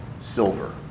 silver